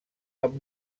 amb